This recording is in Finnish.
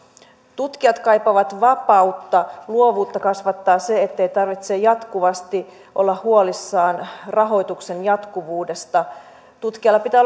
tutkijat kaipaavat vapautta luovuutta kasvattaa se ettei tarvitse jatkuvasti olla huolissaan rahoituksen jatkuvuudesta tutkijalla pitää